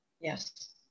Yes